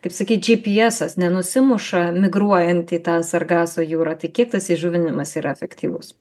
kaip sakyt gpsas nenusimuša migruojant į tą sargaso jūrą tai kiek tas įžuvinimas yra efektyvus